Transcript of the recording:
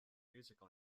musical